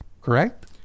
correct